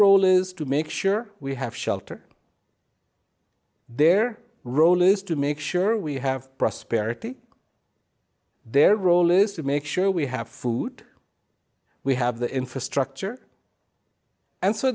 role is to make sure we have shelter their role is to make sure we have prosperity their role is to make sure we have food we have the infrastructure and so